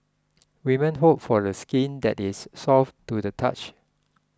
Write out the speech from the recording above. women hope for skin that is soft to the touch